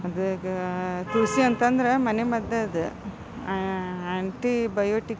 ಅದೀಗ ತುಳಸಿ ಅಂತಂದ್ರೆ ಮನೆಮದ್ದು ಅದು ಆ್ಯಂಟಿಬಯೋಟಿಕ್ಸ್